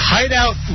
Hideout